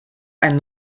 einen